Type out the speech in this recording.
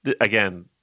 again